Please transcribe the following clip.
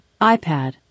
iPad